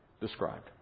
described